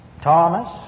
Thomas